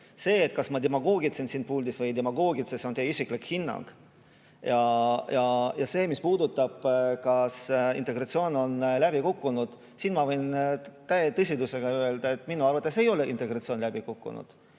See, kas ma demagoogitsen siin puldis või ei demagoogitse, on teie isiklik hinnang. Mis puudutab seda, kas integratsioon on läbi kukkunud, siis ma võin täie tõsidusega öelda, et minu arvates ei ole integratsioon läbi kukkunud.